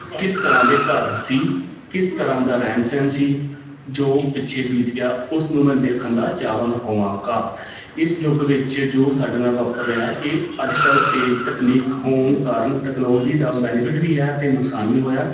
ਕਿਸ ਤਰ੍ਹਾਂ ਦੇ ਘਰ ਸੀ ਕਿਸ ਤਰ੍ਹਾਂ ਦਾ ਰਹਿਣ ਸਹਿਣ ਸੀ ਜੋ ਪਿੱਛੇ ਬੀਤ ਗਿਆ ਉਸ ਨੂੰ ਮੈਂ ਦੇਖਣ ਦਾ ਚਾਹਵਾਨ ਹੋਵਾਂਗਾ ਇਸ ਯੁੱਗ ਵਿੱਚ ਜੋ ਸਾਡੇ ਨਾਲ ਵਾਪਰ ਰਿਹਾ ਇਹ ਅੱਜ ਕੱਲ੍ਹ ਤੇਜ਼ ਤਕਨੀਕ ਹੋਣ ਕਾਰਨ ਟੈਕਨੋਲਜੀ ਦਾ ਬੈਨੀਫਿਟ ਵੀ ਹੈ ਅਤੇ ਨੁਕਸਾਨ ਵੀ ਹੋਇਆ